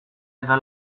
eta